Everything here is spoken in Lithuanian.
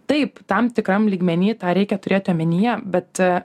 taip tam tikram lygmeny tą reikia turėti omenyje bet